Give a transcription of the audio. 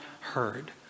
heard